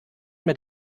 mehr